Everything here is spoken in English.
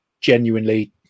genuinely